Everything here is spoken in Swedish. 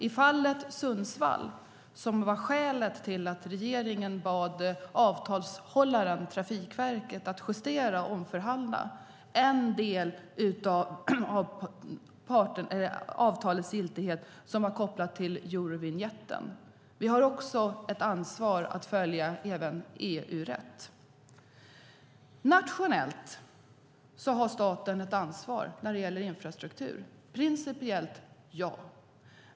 I fallet Sundsvall var skälet till att regeringen bad avtalshållaren Trafikverket att justera och omförhandla en del av avtalets giltighet kopplat till Eurovinjetten. Vi har ett ansvar att följa även EU-rätt. Nationellt har staten ett ansvar när det gäller infrastruktur - principiellt ja.